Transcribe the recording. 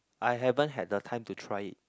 I haven't had the time to try it